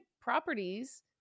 properties